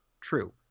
true